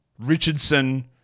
Richardson